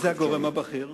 מי זה הגורם הבכיר?